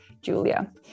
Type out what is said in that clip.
Julia